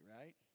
right